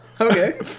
okay